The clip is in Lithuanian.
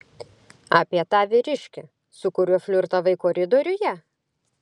apie tą vyriškį su kuriuo flirtavai koridoriuje